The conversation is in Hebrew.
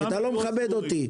אתה לא מכבד אותי.